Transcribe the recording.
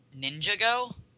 Ninjago